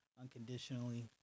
unconditionally